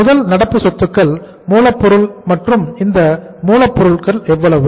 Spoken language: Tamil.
முதல் நடப்பு சொத்துக்கள் மூலப்பொருள் மற்றும் இந்த மூலப்பொருள்கள் எவ்வளவு